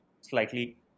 slightly